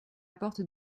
porte